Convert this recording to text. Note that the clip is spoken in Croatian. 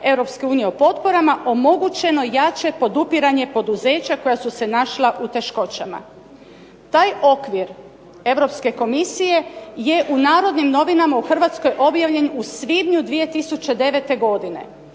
o potporama omogućeno jače podupiranje poduzeća koja su se našla u teškoćama. Taj okvir Europske komisije je u "Narodnim novinama" u Hrvatskoj objavljen u svibnju 2009. godine.